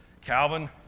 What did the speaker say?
Calvin